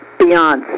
Beyonce